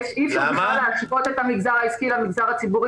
אי אפשר להשוות את המגזר העסקי למגזר הציבורי